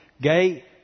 Gay